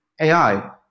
AI